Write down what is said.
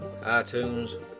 itunes